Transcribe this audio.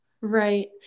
Right